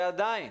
ועדיין